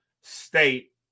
state